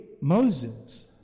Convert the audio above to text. Moses